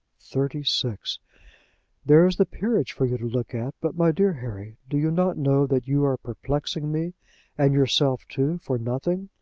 thirty-six! there is the peerage for you to look at. but, my dear harry, do you not know that you are perplexing me and yourself too, for nothing?